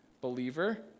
believer